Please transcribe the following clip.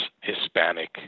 Hispanic